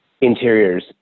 interiors